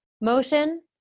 motion